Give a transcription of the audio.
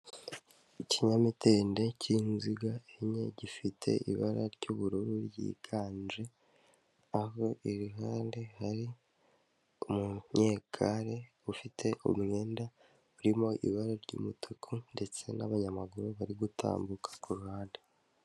Ikinyamitende cy'inziga enye gifite ibara ry'ubururu ryiganje, aho iruhande hari umunyegare ufite umwenda urimo ibara ry'umutuku ndetse n'abanyamaguru bari gutambuka ku ruhande.